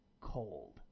cold